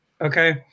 okay